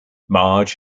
marge